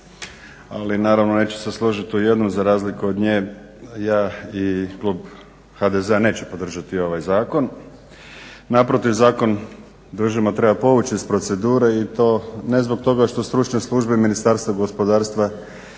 Ali naravno neću se složit u jednom, za razliku od nje ja i klub HDZ-a neću podržati ovaj zakon. Naprotiv, zakon držimo treba povući iz procedure i to ne zbog toga što stručne službe Ministarstva gospodarstva nisu